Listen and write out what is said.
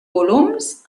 volums